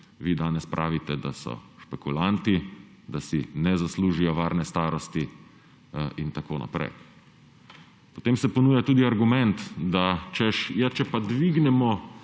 vi danes pravite, da so špekulanti, da si ne zaslužijo varne starosti in tako naprej. Potem se ponuja tudi argument, češ, ja če dvignemo